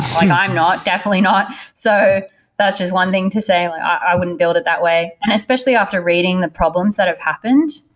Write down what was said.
i'm not, definitely not. so that's just one thing to say, like i wouldn't build it that way. and especially after reading the problems that have happened